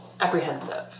apprehensive